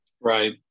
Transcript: Right